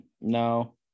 No